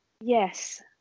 Yes